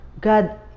God